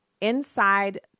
inside